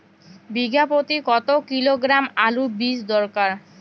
বিঘা প্রতি কত কিলোগ্রাম আলুর বীজ দরকার?